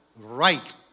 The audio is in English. right